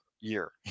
year